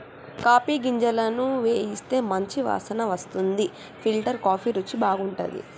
coffee గింజలను వేయిస్తే మంచి వాసన వస్తుంది ఫిల్టర్ కాఫీ రుచి బాగుంటది